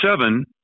seven